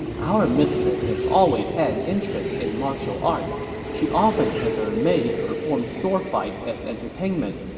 our mistress has always had an interest in martial arts. she often has her maids perform sword fights as entertainment.